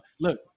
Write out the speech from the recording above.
Look